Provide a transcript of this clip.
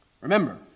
Remember